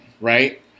right